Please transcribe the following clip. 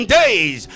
days